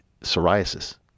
psoriasis